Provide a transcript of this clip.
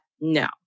no